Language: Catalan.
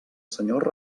senyor